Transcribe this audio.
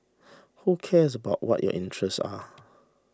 who cares about what your interests are